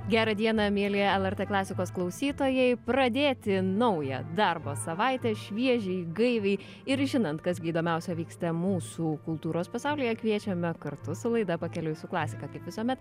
gera diena mieli lrt klasikos klausytojai pradėti naują darbo savaitę šviežiai gaiviai ir žinant kas gi įdomiausia vyksta mūsų kultūros pasaulyje kviečiame kartu su laida pakeliui su klasika kaip visuomet